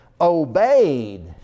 obeyed